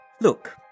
Look